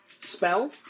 spell